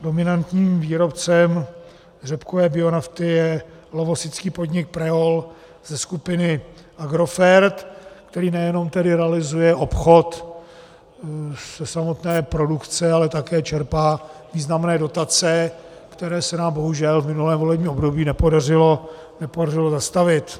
Dominantním výrobcem řepkové bionafty je lovosický podnik Preol ze skupiny Agrofert, který nejenom tedy realizuje obchod ze samotné produkce, ale také čerpá významné dotace, které se nám bohužel v minulém volebním období nepodařilo zastavit.